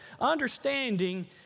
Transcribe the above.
Understanding